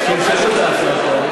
שימשכו את ההצעות האלה,